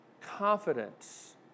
confidence